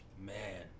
man